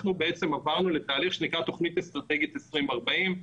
אנחנו עברנו לתהליך שנקרא "תוכנית אסטרטגית 2040",